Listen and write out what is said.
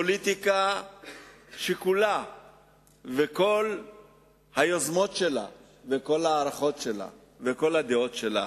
פוליטיקה שכולה וכל היוזמות שלה וכל ההערכות שלה וכל הדעות שלה